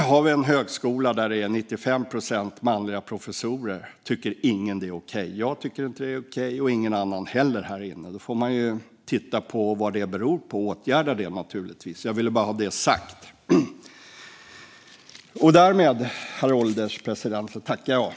Om vi har en högskola där det är 95 procent manliga professorer tycker ingen att det är okej. Jag tycker inte det och ingen annan här inne heller. Då får man titta på vad det beror på och åtgärda det. Jag ville bara ha detta sagt.